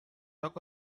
talk